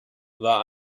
war